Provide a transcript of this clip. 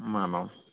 आम् आम्